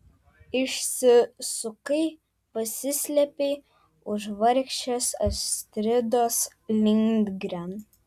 išsisukai pasislėpei už vargšės astridos lindgren